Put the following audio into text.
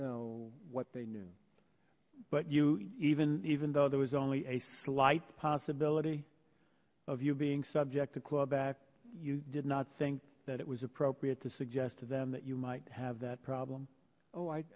know what they knew but you even even though there was only a slight possibility of you being subject to clawback you did not think that it was appropriate to suggest to them that you might have that problem oh i